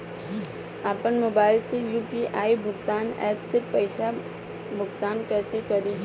आपन मोबाइल से यू.पी.आई भुगतान ऐपसे पईसा भुगतान कइसे करि?